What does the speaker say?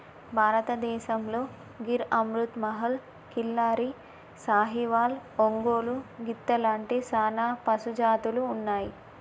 భారతదేసంతో గిర్ అమృత్ మహల్, కిల్లారి, సాహివాల్, ఒంగోలు గిత్త లాంటి సానా పశుజాతులు ఉన్నాయి